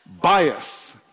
bias